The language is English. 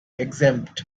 exempt